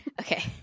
Okay